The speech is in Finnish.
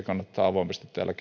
kannattaa avoimesti täällä